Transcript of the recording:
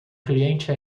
cliente